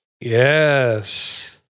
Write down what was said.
yes